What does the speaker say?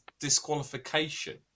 disqualification